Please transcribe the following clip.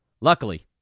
Luckily